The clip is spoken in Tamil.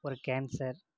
ஒரு கேன்சர்